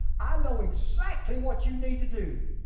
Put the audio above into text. i know exactly what you need to do.